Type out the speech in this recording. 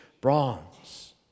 bronze